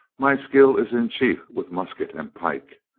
my skill is in chief with musket and pike,